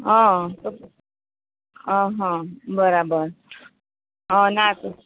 હઁ તો અહં બરાબર હા ના